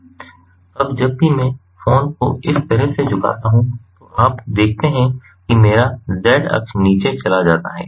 अब जब भी मैं फोन को इस तरह से झुकाता हूं तो आप देखते हैं कि मेरा z अक्ष नीचे चला जाता है